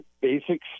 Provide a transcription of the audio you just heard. basic